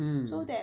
mm